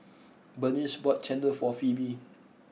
Burnice bought Chendol for Phoebe